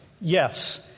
yes